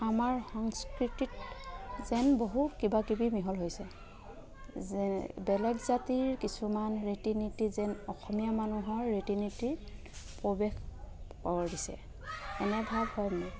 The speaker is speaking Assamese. আমাৰ সংস্কৃতিত যেন বহু কিবা কিবি মিহল হৈছে যে বেলেগ জাতিৰ কিছুমান ৰীতি নীতি যেন অসমীয়া মানুহৰ ৰীতি নীতিৰ প্ৰৱেশ কৰিছে এনে ভাগ